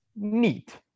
Neat